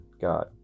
God